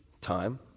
time